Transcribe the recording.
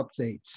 updates